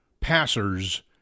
passers